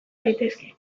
daitezke